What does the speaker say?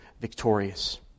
victorious